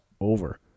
over